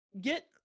get